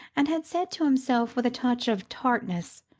and had said to himself, with a touch of tartness,